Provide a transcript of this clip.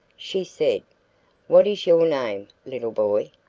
she said what is your name, little boy?